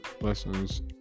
lessons